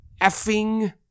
effing